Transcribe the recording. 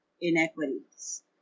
inequities